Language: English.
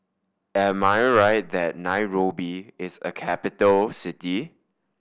am I right that Nairobi is a capital city